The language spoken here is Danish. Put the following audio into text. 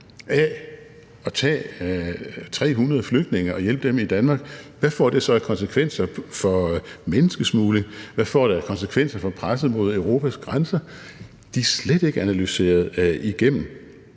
at tage 300 flygtninge og hjælpe dem i Danmark. For hvad får det så af konsekvenser for menneskesmugling? Hvad får det af konsekvenser for presset mod Europas grænser? Det er slet ikke analyseret igennem.